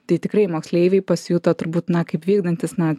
tai tikrai moksleiviai pasijuto turbūt na kaip vykdantys na